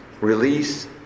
Release